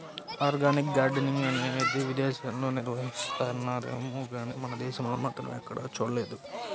organic gardening అనేది విదేశాల్లో నిర్వహిస్తున్నారేమో గానీ మన దేశంలో మాత్రం ఎక్కడా చూడలేదు